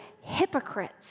hypocrites